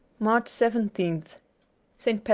march seventeenth st.